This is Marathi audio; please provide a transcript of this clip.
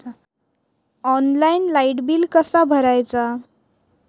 ऑनलाइन लाईट बिल कसा भरायचा?